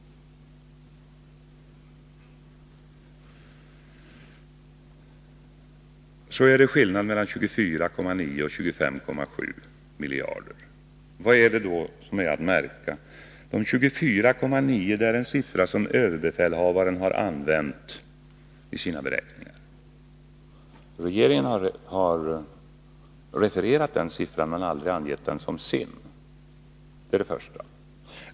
Så till skillnaden mellan 24,9 och 25,7 miljarder. Vad är det som är att märka här? Jo, 24,9 miljarder är en siffra som överbefälhavaren har använt i sina beräkningar. Regeringen har refererat den siffran, men aldrig angett den som sin. Det är det första.